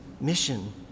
mission